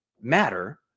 matter